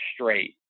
straight